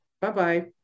Bye-bye